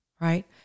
right